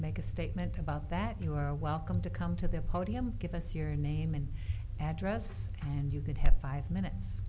make a statement about that you are welcome to come to the podium give us your name and address and you could have five minutes